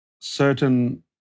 certain